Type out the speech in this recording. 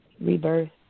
rebirth